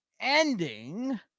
ending